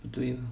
不对 lah